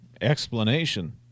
explanation